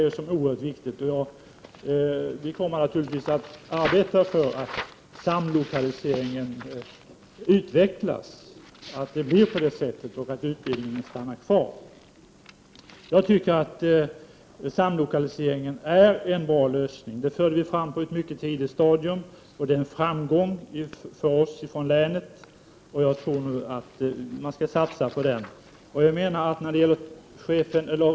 Vi kommer naturligtvis att arbeta för att samlokaliseringen utvecklas och att utbildningen behålls. Jag tycker att samlokaliseringen är en bra lösning. Det framförde vi på ett mycket tidigt stadium, och detta är en framgång för oss från länet. Jag tror att man skall satsa på detta.